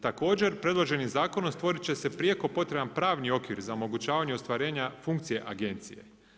Također predloženim zakonom stvorit će se prijeko potreban pravni okvir za omogućavanje ostvarenja funkcije agencije.